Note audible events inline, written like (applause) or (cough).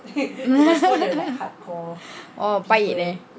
(laughs) oh pahit eh